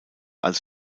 als